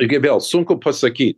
gi vėl sunku pasakyt